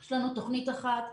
יש לנו תוכנית אחת.